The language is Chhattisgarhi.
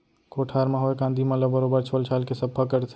कोठार म होए कांदी मन ल बरोबर छोल छाल के सफ्फा करथे